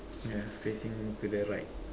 ya facing to the right